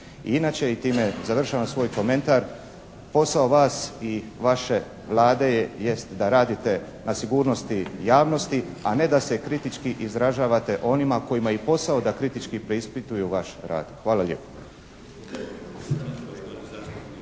inače time i završavam svoj komentar, posao vas i vaše Vlade jest da radite na sigurnosti javnosti a ne da se kritički izražavate o onima kojima je i posao da kritički preispituju vaš rad. Hvala lijepo.